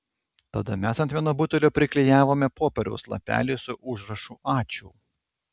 tada mes ant vieno butelio priklijavome popieriaus lapelį su užrašu ačiū